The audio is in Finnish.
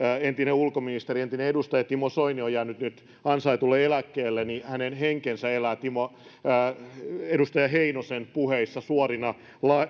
entinen ulkoministeri entinen edustaja timo soini on jäänyt nyt ansaitulle eläkkeelle niin hänen henkensä elää edustaja heinosen puheissa suorina